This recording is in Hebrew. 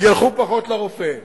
ילכו פחות לרופא.